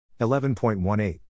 11.18